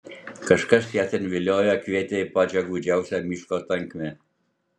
kažkas ją ten viliojo kvietė į pačią gūdžiausią miško tankmę